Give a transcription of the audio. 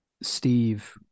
Steve